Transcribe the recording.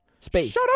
Space